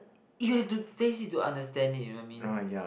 you have to taste it to understand it you know I mean